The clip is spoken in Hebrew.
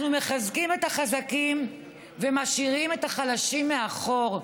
אנחנו מחזקים את החזקים ומשאירים את החלשים מאחור.